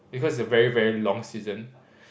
because it's a very very long season